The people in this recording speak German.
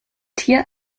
tier